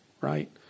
right